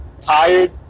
Tired